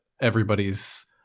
everybody's